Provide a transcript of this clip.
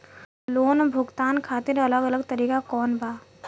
Loan भुगतान खातिर अलग अलग तरीका कौन बा?